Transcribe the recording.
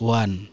one